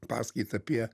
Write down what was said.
paskaitą apie